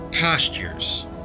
postures